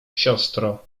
siostro